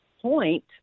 point